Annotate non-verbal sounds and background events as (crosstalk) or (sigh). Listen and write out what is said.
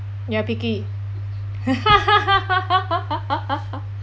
you are picky (laughs)